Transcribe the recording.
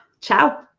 ciao